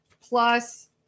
plus